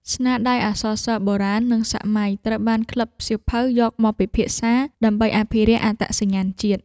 ស្នាដៃអក្សរសិល្ប៍ខ្មែរបុរាណ និងសម័យ ត្រូវបានក្លឹបសៀវភៅយកមកពិភាក្សាដើម្បីអភិរក្សអត្តសញ្ញាណជាតិ។